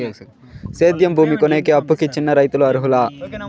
సేద్యం భూమి కొనేకి, అప్పుకి చిన్న రైతులు అర్హులా?